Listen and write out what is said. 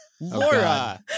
Laura